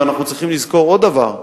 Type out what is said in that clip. ואנחנו צריכים לזכור עוד דבר,